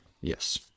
Yes